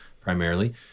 primarily